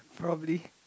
probably